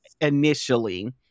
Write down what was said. Initially